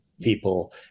people